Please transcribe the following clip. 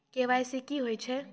KYC की होय छै?